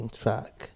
track